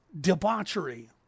debauchery